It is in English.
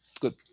Good